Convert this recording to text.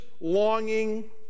longing